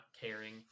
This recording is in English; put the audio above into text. caring